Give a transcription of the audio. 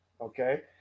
okay